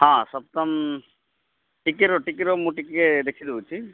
ହଁ ସପ୍ତମ ଟିକେ ରୁହ ଟିକେ ରୁହ ମୁଁ ଟିକେ ଦେଖି ଦେଉଛି